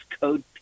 Code